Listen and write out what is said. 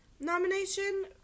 nomination